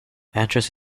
entrance